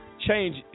change